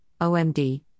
OMD